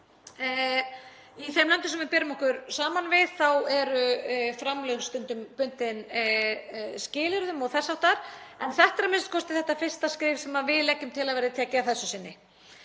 Í þeim löndum sem við berum okkur saman við eru framlög stundum bundin skilyrðum og þess háttar, en þetta er a.m.k. fyrsta skrefið sem við leggjum til að verði tekið að þessu sinni.